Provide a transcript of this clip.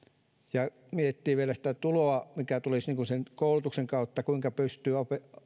ja kun miettii vielä sitä tuloa mikä tulisi sen koulutuksen kautta kuinka